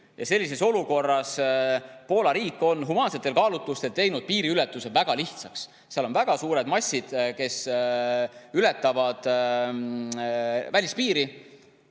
Sellises olukorras on Poola riik humaansetel kaalutlustel teinud piiriületuse väga lihtsaks. Seal on väga suured massid, kes ületavad välispiiri,